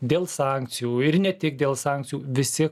dėl sankcijų ir ne tik dėl sankcijų visi